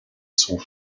sont